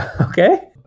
Okay